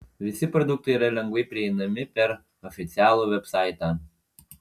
visi produktai yra lengvai prieinami per oficialų vebsaitą